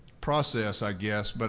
process, i guess, but